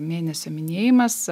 mėnesio minėjimas